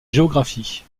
géographie